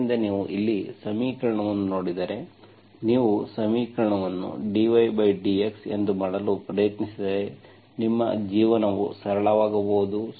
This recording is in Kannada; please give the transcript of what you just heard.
ಆದ್ದರಿಂದ ನೀವು ಇಲ್ಲಿ ಸಮೀಕರಣವನ್ನು ನೋಡಿದರೆ ನೀವು ಸಮೀಕರಣವನ್ನು dxdy ಎಂದು ಮಾಡಲು ಪ್ರಯತ್ನಿಸಿದರೆ ನಿಮ್ಮ ಜೀವನವು ಸರಳವಾಗಬಹುದು